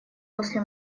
после